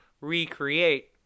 recreate